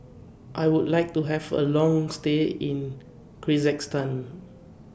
I Would like to Have A Long stay in Kyrgyzstan